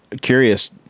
curious